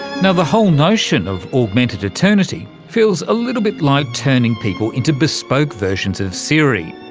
you know the whole notion of augmented eternity feels a little bit like turning people into bespoke versions of siri,